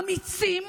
אמיצים.